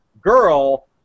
girl